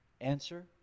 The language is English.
Answer